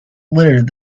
littered